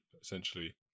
essentially